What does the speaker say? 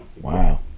Wow